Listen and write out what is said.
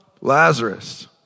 Lazarus